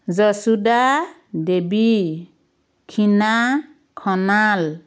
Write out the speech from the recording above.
যশোদা দেৱী খীণা খঙাল